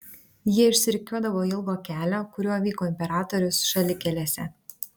jie išsirikiuodavo ilgo kelio kuriuo vyko imperatorius šalikelėse